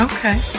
Okay